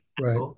right